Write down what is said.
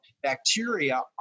bacteria